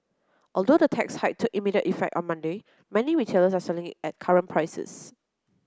although the tax hike took immediate effect on Monday many retailers are selling at current prices